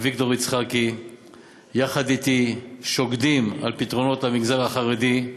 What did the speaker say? אביגדור יצחקי ואני שוקדים על פתרונות למגזר החרדי.